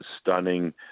stunning